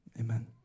Amen